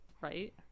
right